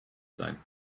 sein